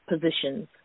positions